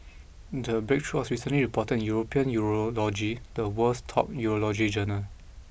the breakthrough was recently reported in European Urology the world's top Urology Journal